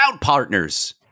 partners